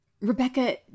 Rebecca